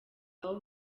aba